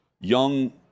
young